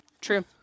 True